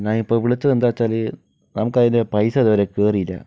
ഞാനിപ്പോൾ വിളിച്ചത് എന്താ വെച്ചാല് നമുക്കതിൻ്റെ പൈസ ഇതുവരെ കേറിയില്ല